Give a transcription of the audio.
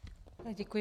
Děkuji.